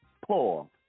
poor